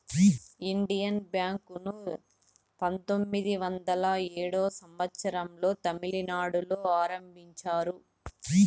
Indian Bank ను పంతొమ్మిది వందల ఏడో సంవచ్చరం లో తమిళనాడులో ఆరంభించారు